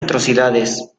atrocidades